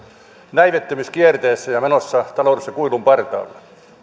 näivettymiskierteessä ja menossa taloudessa kuilun partaalle